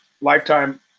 lifetime